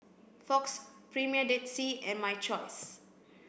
Fox Premier Dead Sea and My Choice